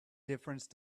difference